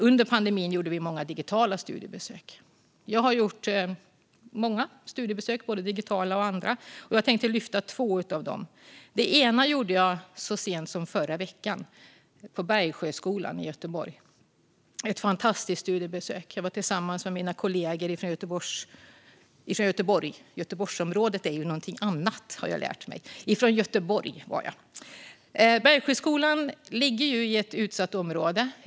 Under pandemin gjorde vi många digitala studiebesök. Jag har själv gjort många studiebesök, både digitala och andra, och jag tänkte ta upp två av dem. Det ena gjorde jag så sent som i förra veckan på Bergsjöskolan i Göteborg. Det var ett fantastiskt studiebesök. Jag var tillsammans med mina kollegor från Göteborg. Bergsjöskolan ligger i ett utsatt område.